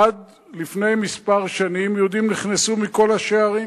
עד לפני מספר שנים יהודים נכנסו מכל השערים.